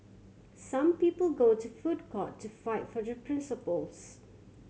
some people go to foot court to fight for their principles